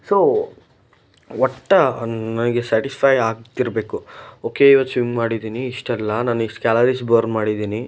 so ಒಟ್ಟು ನನಗೆ satisfy ಆಗ್ತಿರಬೇಕು ಓಕೆ ಇವತ್ತು ಸ್ವಿಮ್ ಮಾಡಿದ್ದೀನಿ ಇಷ್ಟೆಲ್ಲ ನಾನು ಇಷ್ಟು ಕ್ಯಾಲರೀಸ್ ಬರ್ನ್ ಮಾಡಿದ್ದೀನಿ